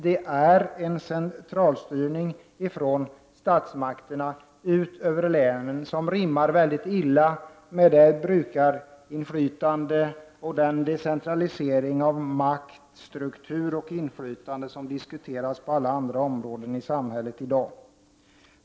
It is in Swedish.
Det sker en centralstyrning från statsmakterna och länen som rimmar mycket illa med det brukarinflytande och den decentralisering av makt, struktur och inflytande som diskuteras på alla andra områden i samhället i dag.